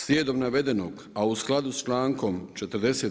Slijedom navedenog a u skladu sa člankom 40.